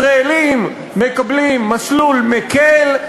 ישראלים מקבלים מסלול מקל,